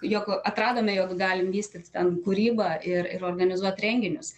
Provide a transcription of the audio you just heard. jog atradome jog galim vystyt ten kūrybą ir ir organizuot renginius